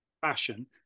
fashion